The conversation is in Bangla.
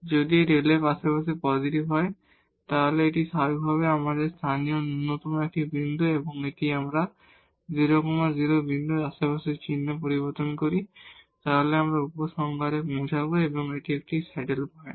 যদি এই Δ f আশেপাশে পজিটিভ হয় তাহলে এটি স্বাভাবিকভাবেই লোকাল মিনিমা একটি বিন্দু এবং যদি আমরা এই 0 0 বিন্দুর আশেপাশে চিহ্ন পরিবর্তন করি তাহলে আমরা সিদ্ধান্তে পৌঁছাব যে এটি একটি স্যাডেল পয়েন্ট